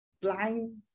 blind